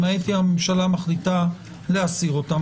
למעט אם הממשלה מחליטה להסיר אותם,